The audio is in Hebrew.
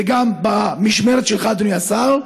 זה גם במשמרת שלך, אדוני השר.